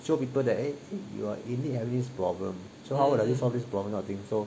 show people that eh you are indeed having this problem so how would you solve this problem kind of thing